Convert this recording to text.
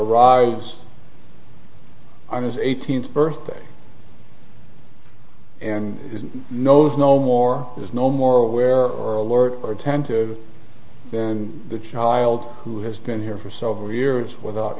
arrives on his eighteenth birthday and knows no more is no more aware or alert or attentive than the child who has been here for several years without